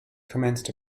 commenced